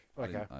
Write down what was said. Okay